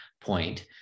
point